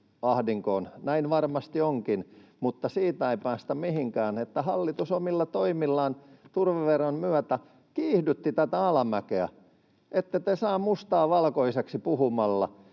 ahdinkoon. Näin varmasti onkin, mutta siitä ei päästä mihinkään, että hallitus omilla toimillaan turveveron myötä kiihdytti tätä alamäkeä. Ette te saa mustaa valkoiseksi puhumalla